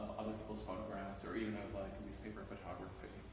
other people's photographs, or even of like and newspaper photography,